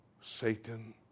Satan